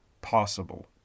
possible